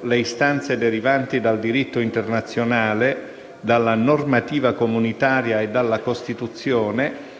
le istanze derivanti dal diritto internazionale, dalla normativa comunitaria e dalla Costituzione